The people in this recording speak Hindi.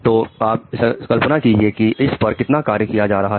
तो आप कल्पना करिए कि इस पर कितना कार्य किया जा रहा है